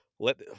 Let